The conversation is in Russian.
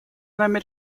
нами